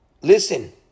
Listen